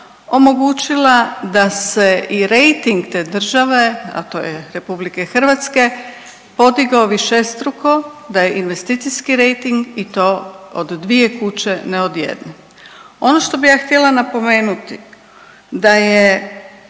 omogućila da se i rejting te države, a to je Republike Hrvatske podigao višestruko, da je investicijski rejting i to od dvije kuće, ne od jednom. Ono što bih ja htjela napomenuti da je